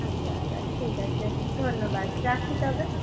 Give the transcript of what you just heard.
আচ্ছা আচ্ছা ঠিক আছে ধন্যবাদ রাখি তবে